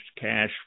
cash